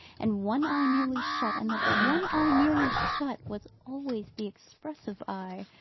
and one eye nearly shut and that the one eye nearly shut was always the expressive eye?